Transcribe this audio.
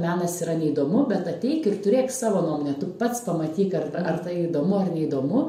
menas yra neįdomu bet ateik ir turėk savo nuomonę tu pats pamatyk ar ar tai įdomu ar neįdomu